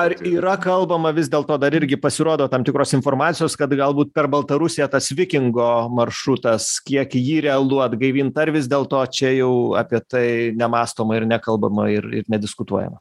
ar yra kalbama vis dėl to dar irgi pasirodo tam tikros informacijos kad galbūt per baltarusiją tas vikingo maršrutas kiek jį realu atgaivint ar vis dėlto čia jau apie tai nemąstoma ir nekalbama ir ir nediskutuojama